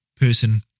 person